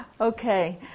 Okay